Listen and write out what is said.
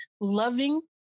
loving